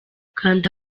kanda